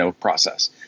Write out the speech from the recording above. process